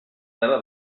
tela